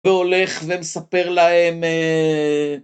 והולך ומספר להם אההההההההההההה